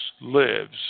lives